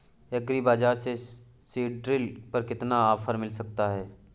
Agree Bazaar से seed drill पर कितना ऑफर मिल सकता है?